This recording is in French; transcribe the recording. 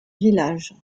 village